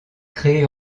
créé